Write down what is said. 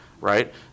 right